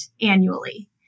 annually